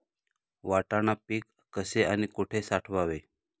वाटाणा पीक कसे आणि कुठे साठवावे?